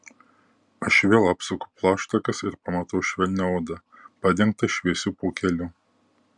aš vėl apsuku plaštakas ir pamatau švelnią odą padengtą šviesiu pūkeliu